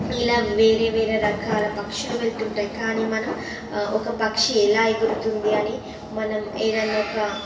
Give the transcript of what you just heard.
ఇలా వేరే వేరే రకాల పక్షులు వెళ్తుంటాయి కానీ మనం ఒక పక్షి ఎలా ఎగురుతుంది అని మనం ఏదైనా ఒక